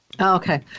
Okay